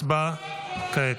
הצבעה כעת.